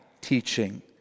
teaching